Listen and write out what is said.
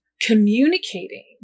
communicating